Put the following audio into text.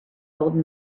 old